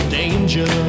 danger